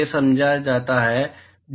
यह समझा जाता है